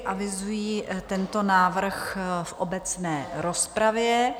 Avizuji tento návrh v obecné rozpravě.